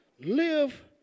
live